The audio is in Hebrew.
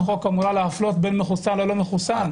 הצעת החוק אמורה להפלות בין מחוסן ללא מחוסן.